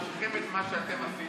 מה שאתה יודע,